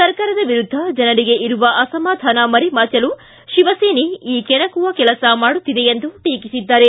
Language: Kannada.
ಸರ್ಕಾರದ ವಿರುದ್ಧ ಜನರಿಗೆ ಇರುವ ಅಸಮಾಧಾನ ಮರೆಮಾಚಲು ಶಿವಸೇನೆ ಈ ಕೆಣಕುವ ಕೆಲಸ ಮಾಡುತ್ತಿದೆ ಎಂದು ಟೀಕಿಸಿದ್ದಾರೆ